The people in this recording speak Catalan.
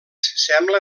sembla